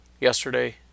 yesterday